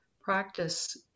practice